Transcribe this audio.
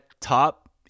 top